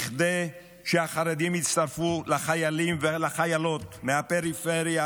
כדי שהחרדים יצטרפו לחיילים ולחיילות מהפריפריה,